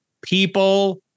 People